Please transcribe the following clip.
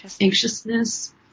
Anxiousness